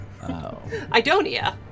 Idonia